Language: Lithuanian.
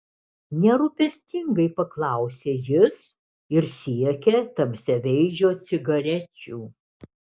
nerūpestingai paklausė jis ir siekė tamsiaveidžio cigarečių